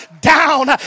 down